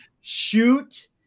shoot